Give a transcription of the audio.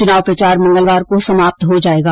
चुनाव प्रचार मंगलवार को समाप्त हो जायेगा